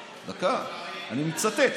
דקה, אני מצטט.